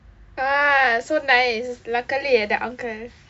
ah so nice luckily the uncle